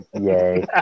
Yay